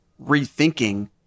rethinking